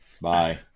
Bye